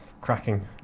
Cracking